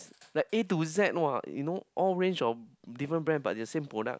like A to Z what you know all range of different brand but the same product